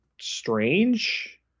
strange